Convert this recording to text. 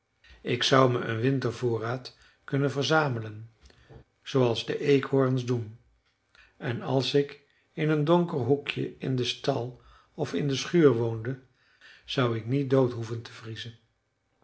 ik zou me een wintervoorraad kunnen verzamelen zooals de eekhoorns doen en als ik in een donker hoekje in den stal of in de schuur woonde zou ik niet dood hoeven te vriezen